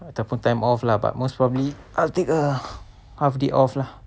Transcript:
ataupun time off lah but most probably I'll take a half day off lah